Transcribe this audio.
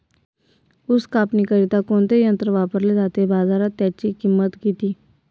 ऊस कापणीकरिता कोणते यंत्र वापरले जाते? बाजारात त्याची किंमत किती?